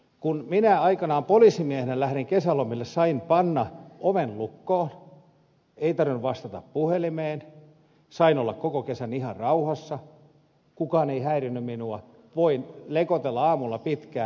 kun minä aikanaan poliisimiehenä lähdin kesälomille sain panna oven lukkoon ei tarvinnut vastata puhelimeen sain olla koko kesän ihan rauhassa kukaan ei häirinnyt minua voin lekotella aamulla pitkään